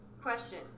Question